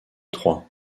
trois